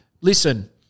listen